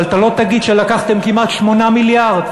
אבל אתה לא תגיד שלקחתם כמעט 8 מיליארד,